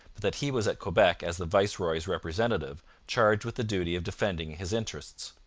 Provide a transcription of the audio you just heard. but that he was at quebec as the viceroy's representative, charged with the duty of defending his interests.